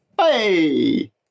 hey